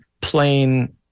plain